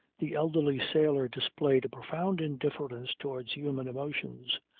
the elderly sailor displayed a profound indifference towards human emotions.